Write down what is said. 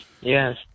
Yes